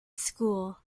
school